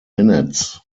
minutes